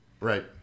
Right